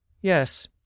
yes